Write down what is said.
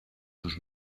sus